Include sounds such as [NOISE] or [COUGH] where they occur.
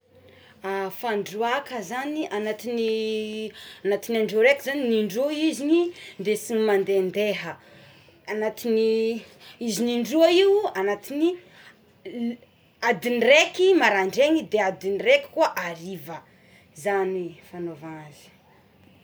[HESITATION] Fandroàka zany agnatin'ny [HESITATION] agnatin'ny andro araiky zany indroa iziny no hindesigny mandendeha agnatin'ny izigny indroa io agnatin'ny l- adin'ny raiky maraindrainy de adin'ny raiky koa hariva zany fagnaovana azy.